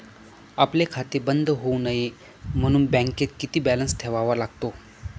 आपले खाते बंद होऊ नये म्हणून बँकेत किती बॅलन्स ठेवावा लागतो?